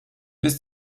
bis